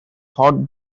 hot